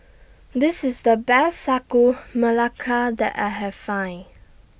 This IS The Best Sagu Melaka that I Have Find